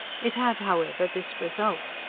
it had, however, this result.